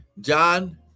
John